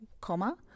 comma